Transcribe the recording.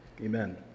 Amen